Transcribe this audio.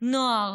נוער